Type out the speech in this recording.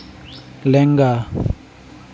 ᱞᱮᱸᱜᱟ